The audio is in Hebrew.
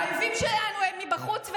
האויבים שלנו הם מבחוץ,